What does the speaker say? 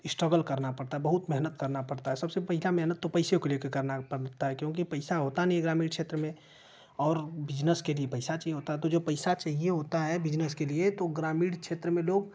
struggle करना पड़ता है बहुत मेहनत करना पड़ता है सबसे ज़्यादा मेहनत तो पैसे को ले कर करना पड़ता है क्योंकि पैसा होता नहीं है ग्रामीण क्षेत्र में और बिजनेस के लिए पैसा चाहिए होता है तो जो पैसा चाहिए होता है बिजनेस के लिए तो ग्रामीण क्षेत्र में लोग